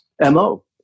MO